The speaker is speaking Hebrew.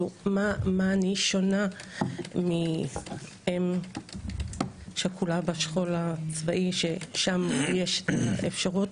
במה אני שונה מאם שכולה בשכול הצבאי ששם יש אפשרות